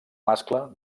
mascle